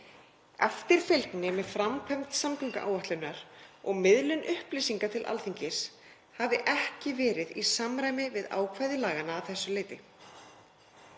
Eftirfylgni með framkvæmd samgönguáætlunar og miðlun upplýsinga til Alþingis hafi ekki verið í samræmi við ákvæði laganna að þessu leyti.